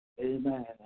Amen